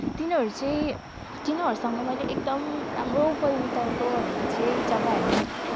र तिनीहरू चाहिँ तिनीहरूसँग मैले एकदम राम्रो पल बिताएको भनेको चाहिँ जब हामी